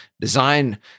design